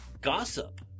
gossip